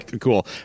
cool